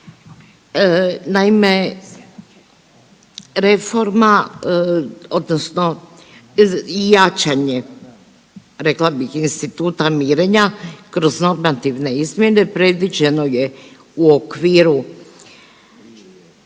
Naime, reforma odnosno i jačanje rekla bih instituta mirenja kroz normativne izmjene predviđeno je u okviru